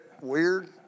weird